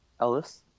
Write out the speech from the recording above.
Ellis